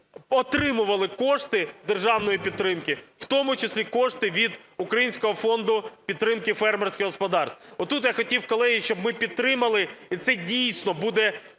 отримували кошти державної підтримки, в тому числі кошти від Українського фонду підтримки фермерських господарств. Отут я хотів, колеги, щоб ми підтримали. І це, дійсно, буде